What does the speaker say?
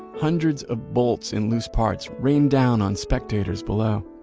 hundreds of bolts and loose parts rained down on spectators below.